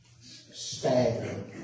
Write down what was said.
stagger